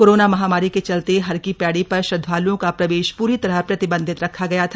corona महामारी के चलते हरकी पैड़ी पर श्रद्वाल्ओं का प्रवेश प्री तरह प्रतिबंधित रखा गया था